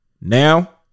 Now